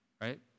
right